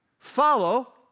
Follow